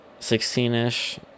16-ish